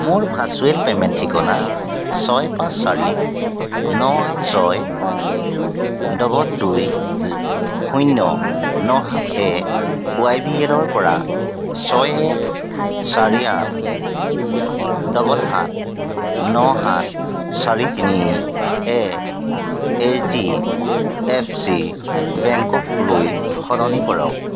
মোৰ virtual payment ঠিকনা ছয় পাঁচ চাৰি ন আঠ ছয় ডাবল দুই শূন্য ন সাত এট ৱাই বি এলৰ পৰা ছয় এক চাৰি আঠ ডাবল সাত ন সাত চাৰি তিনি at H D F C বেংককলৈ সলনি কৰক